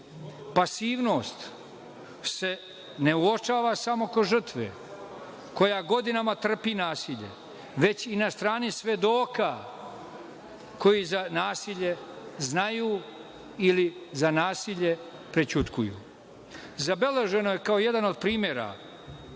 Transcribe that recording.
pasivnost se ne uočava samo kroz žrtve koja godinama trpi nasilje, već i na strani svedoka koji za nasilje znaju ili nasilje prećutkuju. Zabeleženo je, kao jedan od primera